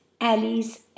alleys